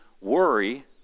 worry